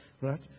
right